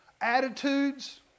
attitudes